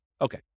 Okay